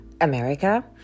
America